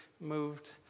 moved